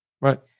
right